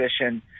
position